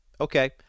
Okay